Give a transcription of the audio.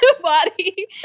body